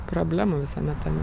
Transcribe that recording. problemų visame tame